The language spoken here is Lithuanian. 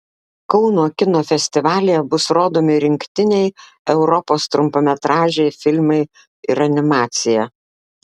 kauno kino festivalyje bus rodomi rinktiniai europos trumpametražiai filmai ir animacija